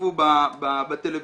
שנחשפו בטלוויזיה,